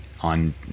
on